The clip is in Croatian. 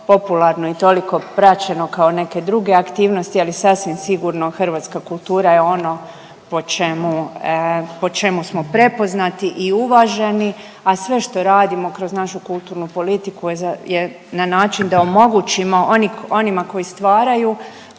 i toliko praćeno kao neke druge aktivnosti, ali sasvim sigurno hrvatska kultura je ono po čemu smo prepoznati i uvaženi, a sve što radimo kroz našu kulturnu politiku je na način da omogućimo onima koji stvaraju